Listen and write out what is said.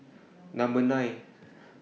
Number nine